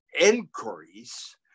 increase